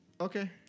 Okay